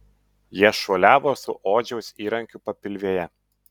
jie šuoliavo su odžiaus įrankiu papilvėje